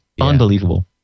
unbelievable